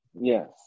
Yes